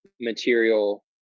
material